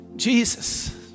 Jesus